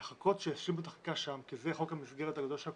לחכות שישלימו את החקיקה שם כי זה חוק המסגרת של הקורונה,